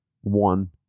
One